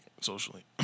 socially